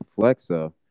flexa